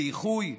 לאיחוי?